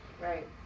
Right